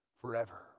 forever